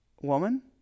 woman